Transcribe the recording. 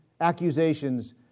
accusations